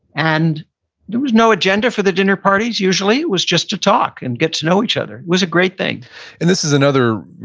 and there was no agenda for the dinner parties. usually it was just to talk and get to know each other. it was a great thing and this is another,